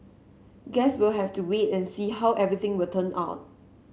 guess we'll have to wait and see how everything will turn out